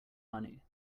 money